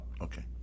okay